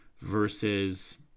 Versus